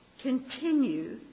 continue